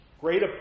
great